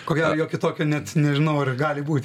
ko gero jo kitokio net nežinau ar gali būti